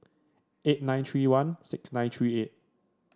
eight nine three one six nine three eight